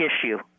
issue